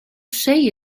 say